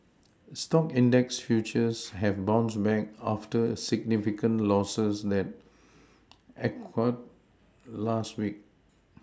stock index futures have bounced back after significant Losses that occurred last week